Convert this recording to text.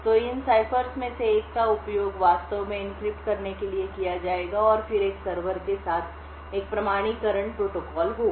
तो इन सिफर्स में से एक का उपयोग वास्तव में एन्क्रिप्ट करने के लिए किया जाएगा और फिर एक सर्वर के साथ एक प्रमाणीकरण प्रोटोकॉल होगा